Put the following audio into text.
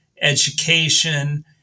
education